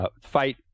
Fight